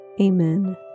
Amen